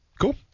cool